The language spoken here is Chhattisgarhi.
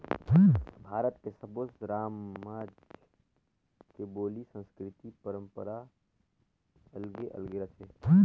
भारत के सब्बो रामज के बोली, संस्कृति, परंपरा अलगे अलगे रथे